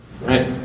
Right